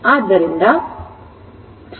ಆದ್ದರಿಂದ open circuit ಆಗಿ ಕಾರ್ಯನಿರ್ವಹಿಸುತ್ತದೆ